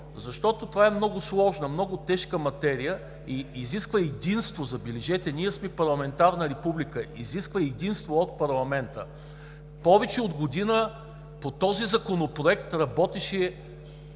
Защото това е много сложна, много тежка материя и изисква, забележете – ние сме парламентарна република, единство от парламента. Повече от година по този законопроект работеше